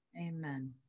Amen